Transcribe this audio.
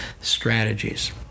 strategies